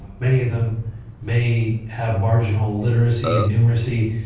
many of them may have marginal literacy and numeracy.